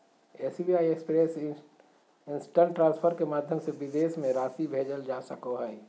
SBI express instant transfer के माध्यम से विदेश में राशि भेजल जा सको हइ